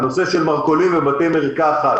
מרכולים ובתי מרקחת